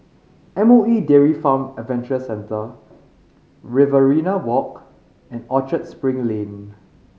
M O E Dairy Farm Adventure Centre Riverina Walk and Orchard Spring Lane